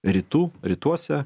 rytų rytuose